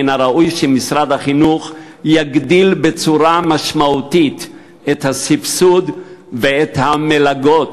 מן הראוי שמשרד החינוך יגדיל בצורה משמעותית את הסבסוד ואת המלגות